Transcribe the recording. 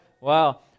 wow